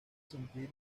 sentir